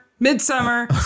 Midsummer